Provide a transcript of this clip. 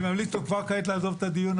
אני ממליץ לו כבר כעת לעזוב את הדיון,